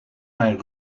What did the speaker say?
mijn